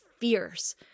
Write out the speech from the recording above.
fierce